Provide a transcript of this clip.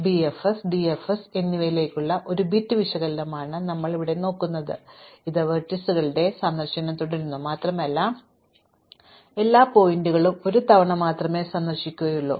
ഇത് bfs dfs എന്നിവയിലേക്കുള്ള ഒരു ബിറ്റ് വിശകലനമാണ് കാരണം ഇത് വെർട്ടീസുകളിൽ സന്ദർശനം തുടരുന്നു മാത്രമല്ല ഇത് എല്ലാ ശീർഷകങ്ങളും ഒരു തവണ മാത്രമേ സന്ദർശിക്കുകയുള്ളൂ